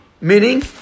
Meaning